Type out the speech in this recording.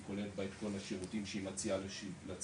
כוללת בה את כל השירותים שהיא מציעה לציבור,